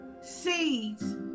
seeds